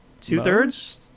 two-thirds